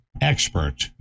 expert